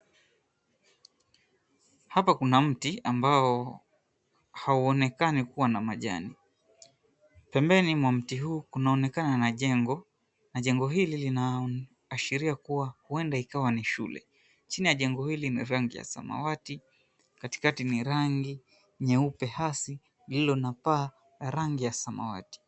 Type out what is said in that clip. Hapa kuna mti ambao hauonekani kuwa na majani. Pembeni mwa mti huu kunaonekana na jengo, na jengo hili linaashiria kuwa huenda ikawa ni shule. Chini ya jengo hili ni rangi ya samawati, katikati ni rangi nyeupe hasi, lililo na paa la rangi ya samawati.